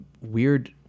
weird